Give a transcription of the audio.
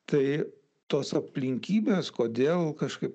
tai tos aplinkybės kodėl kažkaip